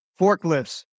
forklifts